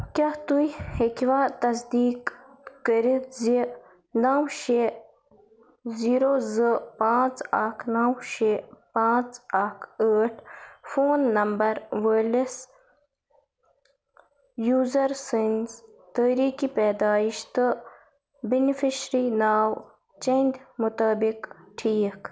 کیٛاہ تُہۍ ہیٚکوا تصدیٖق کٔرِتھ زِ نو شیٚے زیٖرو زٕ پانژھ اکھ نو شیٚے پانٛژھ اکھ ٲٹھ فون نمبر وٲلِس یوزر سٕنٛز تاریٖخہِ پیدٲیش تہٕ بیٚنِفیشری ناو چیٚند مُطٲبق ٹھیٖک